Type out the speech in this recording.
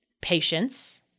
patience